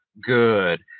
good